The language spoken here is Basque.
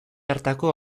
hartako